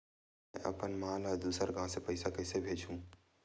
में अपन मा ला दुसर गांव से पईसा कइसे भेजहु?